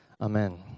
Amen